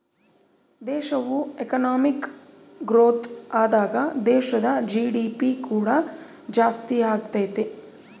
ದೇಶವು economic growth ಆದಾಗ ದೇಶದ ಜಿ.ಡಿ.ಪಿ ಕೂಡ ಜಾಸ್ತಿಯಾಗತೈತೆ